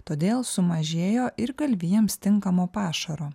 todėl sumažėjo ir galvijams tinkamo pašaro